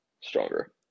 stronger